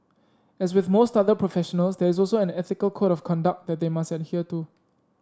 as with most other professionals there is also an ethical code of conduct that they must adhere to